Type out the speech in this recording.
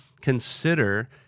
consider